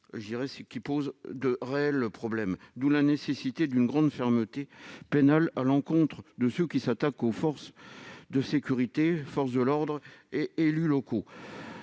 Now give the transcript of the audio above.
qui pose de réels problèmes. D'où la nécessité d'une grande fermeté pénale à l'encontre de ceux qui s'attaquent aux membres des forces de sécurité, des forces de l'ordre et aux élus locaux.